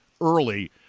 early